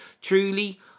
Truly